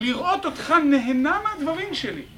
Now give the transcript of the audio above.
לראות אותך נהנה מהדברים שלי